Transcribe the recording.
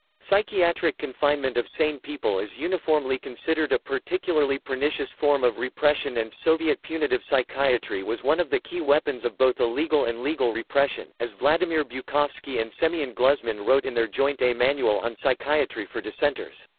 psychiatric confinement of sane people is uniformly considered a particularly pernicious form of repression and soviet punitive psychiatry was one of the key weapons of both illegal and legal repression as vladimir bukovsky and semyon gluzman wrote in their joint a manual on psychiatry for dissenters,